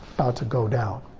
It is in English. to go down.